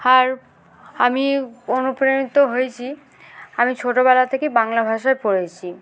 আর আমি অনুপ্রাণিত হয়েছি আমি ছোটবেলা থেকে বাংলা ভাষায় পড়েছি